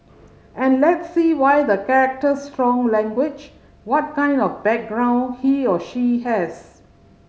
and let's see why the character strong language what kind of background he or she has